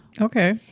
Okay